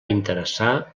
interessar